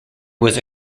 was